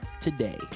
today